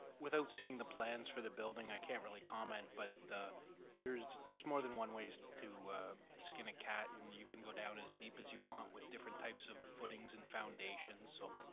without seeing the plans for the building i can't really comment. but there's there's more than one ways to skin a cat. and you can go down as deep as you want with different types of footings and foundations so